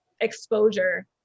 exposure